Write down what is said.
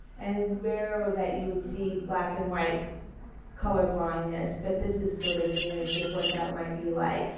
and rare that you would see black and white color blindness but this is sort of an image of what that might be like.